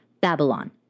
Babylon